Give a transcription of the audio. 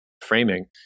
framing